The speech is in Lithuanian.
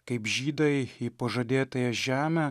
kaip žydai į pažadėtąją žemę